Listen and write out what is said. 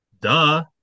Duh